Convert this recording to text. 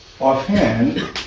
offhand